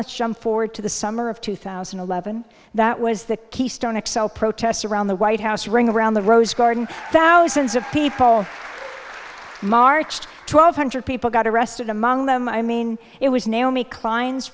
let's jump forward to the summer of two thousand and eleven that was the keystone x l protests around the white house ring around the rose garden thousands of people marched twelve hundred people got arrested among them i mean it was naomi